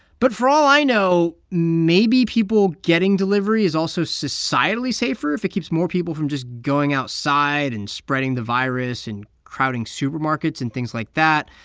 but for all i know, maybe people getting delivery is also societally safer if it keeps more people from just going outside and spreading the virus and crowding supermarkets and things like that.